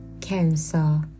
Cancer